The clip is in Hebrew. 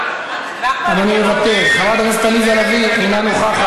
אדוני מוותר, חברת הכנסת עליזה לביא, אינה נוכחת,